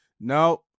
No